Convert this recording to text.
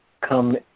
come